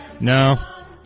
No